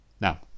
Now